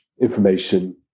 information